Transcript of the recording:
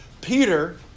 Peter